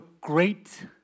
great